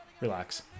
relax